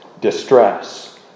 distress